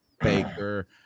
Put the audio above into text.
Baker